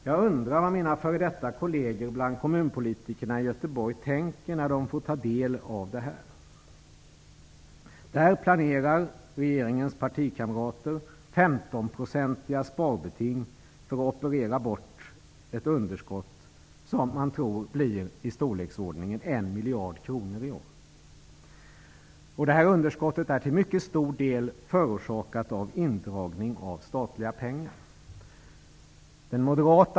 Jag undrar vad mina f.d. kolleger bland kommunpolitikerna i Göteborg tänker när de får ta del av detta. Regeringens partikamrater planerar där femtonprocentiga sparbeting för att operera bort ett underskott som man tror i år blir i storleksordningen 1 miljard kronor. Detta underskott är till mycket stor del förorsakat av indragning av statliga pengar.